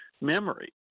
memory